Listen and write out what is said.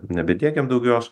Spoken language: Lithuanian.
nebediegiam daugiau jos